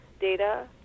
data